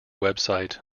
website